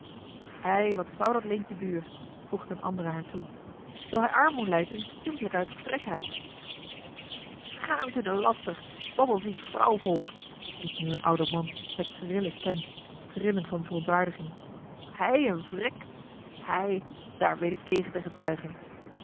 ei wat zou dat leentje buur voegde een andere haar toe zoo hij armoê lijdt is t simpellijk uit vrekheid schaamt u den laster babbelziek vrouwvolk riep nu een oud man met schrille stem trillend van verontwaardiging hij een vrek hij daar weet ik tegen te getuigen